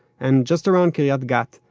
and, just around kiriyat gat,